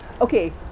Okay